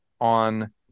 on